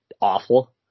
awful